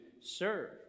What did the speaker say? serve